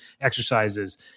exercises